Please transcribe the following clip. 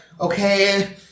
okay